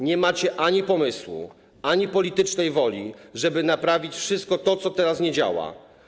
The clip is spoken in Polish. Nie macie ani pomysłu, ani politycznej woli, żeby naprawić wszystko to, co teraz nie działa.